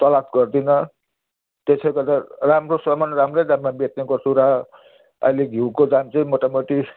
चलाक गर्दिनँ त्यसले गर्दा राम्रो सामान राम्रै दाममा बेच्ने गर्छु र अहिले घिउको दाम चाहिँ मोटामोटी